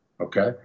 okay